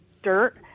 dirt